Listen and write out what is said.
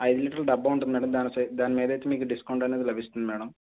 ఐదు లీటర్లు డబ్బా ఉంటుంది మ్యాడమ్ దాని దాని మీద అయితే మీకు డిస్కౌంట్ అనేది లభిస్తుంది మ్యాడమ్